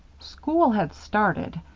school had started.